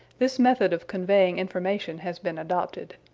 this method of conveying information has been adopted.